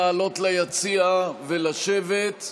לעלות ליציע ולשבת.